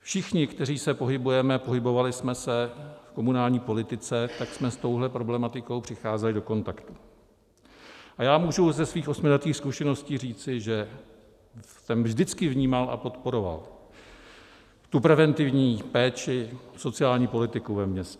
Všichni, kteří se pohybujeme, pohybovali jsme se v komunální politice, jsme s touhle problematikou přicházeli do kontaktu a já můžu ze svých osmiletých zkušeností říci, že jsem vždycky vnímal a podporoval tu preventivní péči, sociální politiku ve městě.